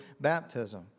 baptism